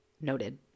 noted